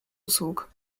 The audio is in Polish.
usług